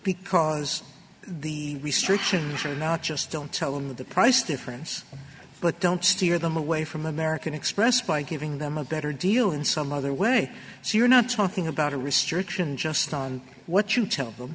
because the restrictions are now just don't tell them of the price difference but don't steer them away from american express by giving them a better deal in some other way so you're not talking about a restriction just on what you tell them